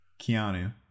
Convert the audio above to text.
Keanu